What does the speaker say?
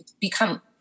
become